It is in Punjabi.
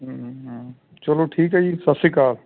ਚਲੋ ਠੀਕ ਹੈ ਜੀ ਸਤਿ ਸ਼੍ਰੀ ਅਕਾਲ